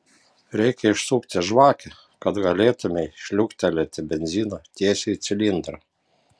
reikia išsukti žvakę kad galėtumei šliukštelėti benzino tiesiai į cilindrą